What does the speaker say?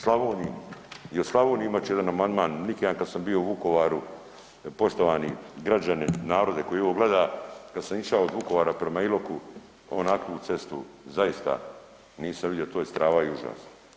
Slavoniji, i o Slavoniji imat će jedan amandman, neki dan kad sam bio u Vukovaru, poštovani građani, narode koji ovo gleda, kad sam išao od Vukovara prema Iloku, onakvu cestu zaista nisam vidio, to je strava i užas.